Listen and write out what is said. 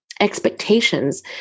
expectations